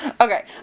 Okay